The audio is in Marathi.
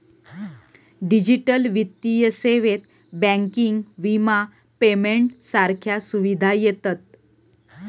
डिजिटल वित्तीय सेवेत बँकिंग, विमा, पेमेंट सारख्या सुविधा येतत